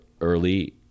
early